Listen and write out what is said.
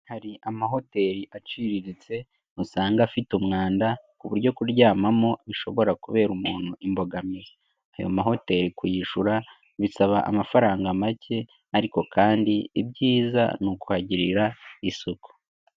Hari amahoteli aciriritse usanga afite umwanda ku buryo kuryamamo bishobora kubera umuntu imbogamizi, ayo mahoteli kuyishyura bisaba amafaranga make ariko kandi ibyiza ni ukuhagirira isuku.